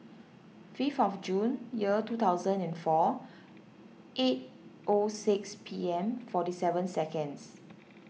fifth of June year two thousand and four eight O six P M forty seven seconds